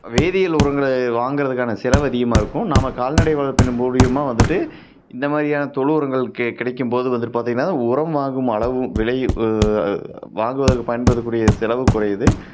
வேதியியல் உரங்களை வாங்கிறதுக்கான செலவு அதிகமாக இருக்கும் நாம கால்நடை வளர்ப்பினை மூலயமா வந்துட்டு இந்த மாதிரியான தொழு உரங்கள் கி கிடைக்கும்போது வந்துட்டு பார்த்தீங்கனா உரம் வாங்கும் அளவு விலையும் வாங்குவதற்கு பயன்படுத்தக்கூடிய செலவு குறையுது